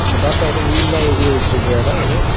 உங்கள் தாத்தா எதுவும் உயில்லாம் எழுதி வச்சிருக்கிறாரா எதுவும்